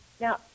Now